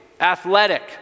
athletic